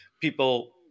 people